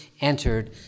entered